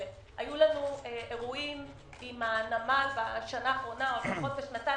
היו לנו אירועים עם הנמל בשנה האחרונה או בשנתיים,